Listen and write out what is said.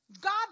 God